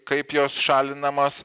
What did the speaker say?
kai kaip jos šalinamos